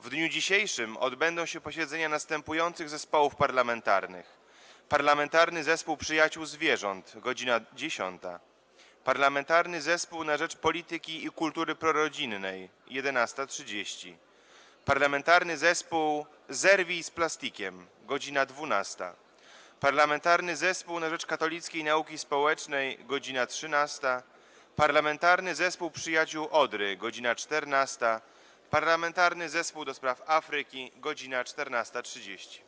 W dniu dzisiejszym odbędą się posiedzenia następujących zespołów parlamentarnych: - Parlamentarnego Zespołu Przyjaciół Zwierząt - godz. 10, - Parlamentarnego Zespołu na rzecz Polityki i Kultury Prorodzinnej - godz. 11.30, - Parlamentarnego Zespołu - Zerwij z plastikiem - godz. 12, - Parlamentarnego Zespołu na rzecz Katolickiej Nauki Społecznej - godz. 13, - Parlamentarnego Zespołu Przyjaciół Odry - godz. 14, - Parlamentarnego Zespołu ds. Afryki - godz. 14.30.